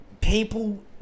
people